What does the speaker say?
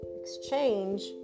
exchange